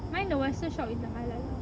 find the western shop with the halal lah